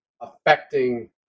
affecting